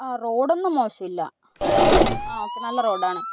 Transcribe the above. ആ റോഡൊന്നും മോശമില്ല ആ ഓക്കേ നല്ല റോഡാണ്